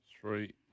Three